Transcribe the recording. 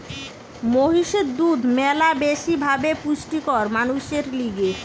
মহিষের দুধ ম্যালা বেশি ভাবে পুষ্টিকর মানুষের লিগে